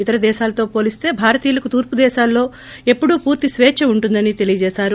ఇతర దేశాల్తో పోలిస్త భారతీయులకు తూర్పు దేశాల్లో ఎప్పుడూ పూర్తి స్వచ్చ ఉంటుందని తెలిపారు